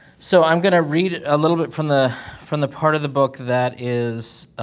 so, i'm gonna read a little bit from the from the part of the book that is